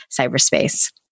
cyberspace